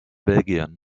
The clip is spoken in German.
belgien